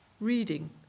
reading